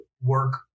work